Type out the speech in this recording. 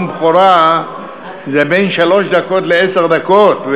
נאום בכורה זה בין שלוש דקות לעשר דקות,